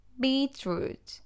beetroot